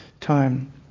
time